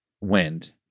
wind